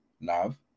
love